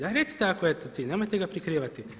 Ajde recite ako je to cilj nemojte ga prikrivati.